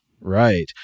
Right